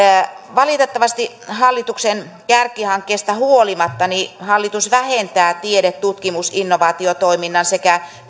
valitettavasti hallituksen kärkihankkeista huolimatta hallitus vähentää tiede tutkimus innovaatiotoiminnan sekä